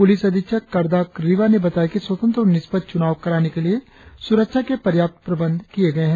police अधीक्षक करदाक रिबा ने बताया कि स्वतंत्र और निष्पक्ष चुनाव कराने के लिए स्रक्षा के पर्याप्त प्रबंध किए गए है